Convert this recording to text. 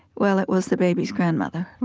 well, it was the baby's grandmother.